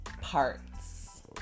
parts